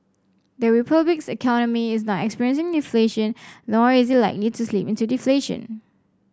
the Republic's economy is not experiencing deflation nor is it likely to slip into deflation